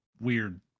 weird